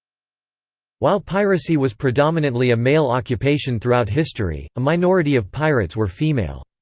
while piracy was predominantly a male occupation throughout history, a minority of pirates were female.